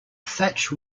thatch